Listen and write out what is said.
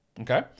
Okay